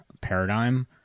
paradigm